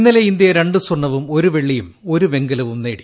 ഇന്നലെ ഇന്തൃ രണ്ട് സ്വർണ്ണവും ഒരു വെള്ളിയും ഒരു വെങ്കലവും നേടി